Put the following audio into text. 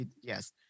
yes